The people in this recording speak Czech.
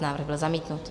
Návrh byl zamítnut.